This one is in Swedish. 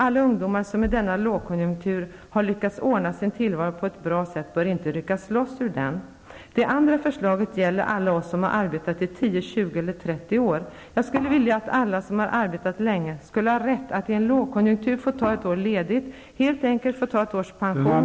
Alla ungdomar som i denna lågkonjunktur har lyckats ordna sin tillvaro på ett bra sätt bör inte ryckas loss ur den. Det andra förslaget gäller alla oss som har arbetat tio, tjugo eller trettio år. Jag skulle vilja att alla som arbetat länge, skulle ha rätt att i en lågkonjunktur få ta ett år ledigt, helt enkelt få ta ett års pension.